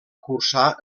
cursar